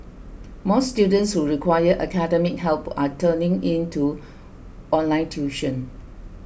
more students who require academic help are turning to online tuition